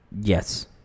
Yes